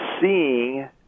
seeing